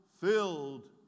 filled